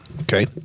Okay